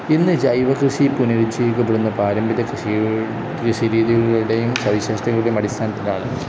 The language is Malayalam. ഇന്ന് ജൈവകൃഷി പുനരുജ്ജീവിക്കപ്പെടുന്ന പാരമ്പര്യകൃഷിയെ കൃഷിരീതിളുടെയും അടിസ്ഥാനത്തിലാണ്